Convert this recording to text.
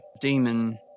demon